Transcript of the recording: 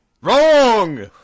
wrong